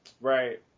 Right